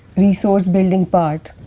resource building part.